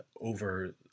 over